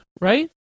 right